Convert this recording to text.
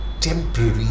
temporary